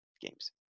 games